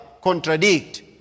contradict